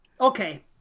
Okay